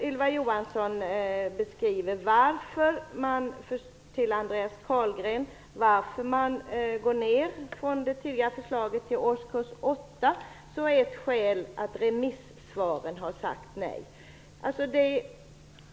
Ylva Johansson beskrev för Andreas Carlgren anledningen till att man förändrar i förhållande till det tidigare förslaget så att betyg ges från årskurs 8. Ett skäl skulle vara att remissinstanserna har sagt nej.